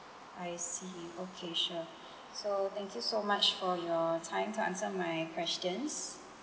I see okay sure so thank you so much for your time to answer my questions